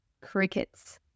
Crickets